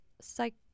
psych